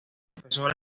profesor